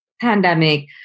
pandemic